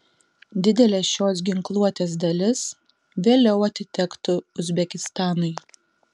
didelė šios ginkluotės dalis vėliau atitektų uzbekistanui